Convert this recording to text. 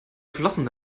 flossen